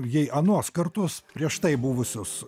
jei anuos kartus prieš tai buvusius